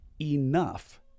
enough